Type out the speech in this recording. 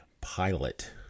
pilot